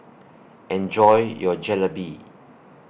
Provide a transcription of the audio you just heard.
Enjoy your Jalebi